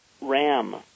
RAM